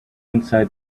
inside